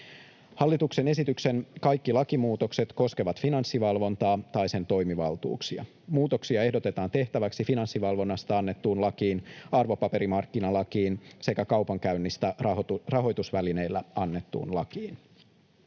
Hallituksen esityksen kaikki lakimuutokset koskevat Finanssivalvontaa tai sen toimivaltuuksia. Muutoksia ehdotetaan tehtäväksi Finanssivalvonnasta annettuun lakiin, arvopaperimarkkinalakiin sekä kaupankäynnistä rahoitusvälineillä annettuun lakiin.